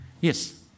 Yes